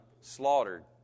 slaughtered